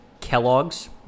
Kellogg's